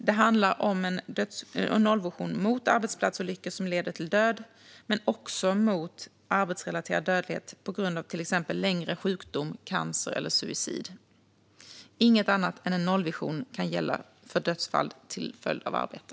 Det handlar om en nollvision mot arbetsplatsolyckor som leder till död men också mot arbetsrelaterad dödlighet på grund av till exempel långvarig sjukdom, cancer eller suicid. Inget annat än en nollvision kan gälla för dödsfall till följd av arbete.